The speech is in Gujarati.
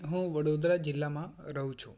હું વડોદરા જીલ્લામાં રહું છું